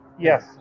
Yes